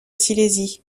silésie